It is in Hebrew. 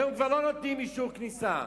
היום כבר לא נותנים אישור כניסה.